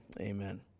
Amen